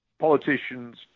politicians